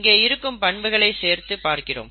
இங்கே இரண்டு பண்புகளை சேர்த்த பார்க்கிறோம்